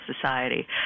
Society